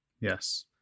Yes